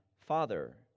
father